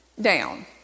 down